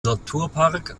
naturpark